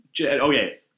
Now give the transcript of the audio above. okay